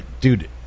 dude